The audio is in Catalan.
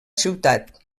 ciutat